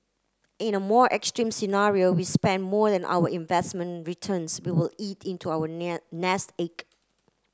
in a more extreme scenario we spent more than our investment returns we will eat into our nest egg